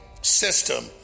system